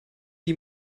die